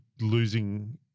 losing